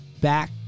back